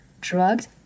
drugged